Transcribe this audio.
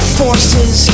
forces